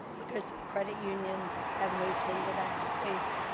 because the the credit unions have moved into that space,